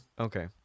Okay